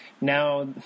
now